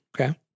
Okay